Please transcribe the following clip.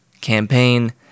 campaign